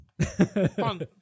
Fun